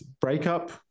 breakup